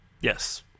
Yes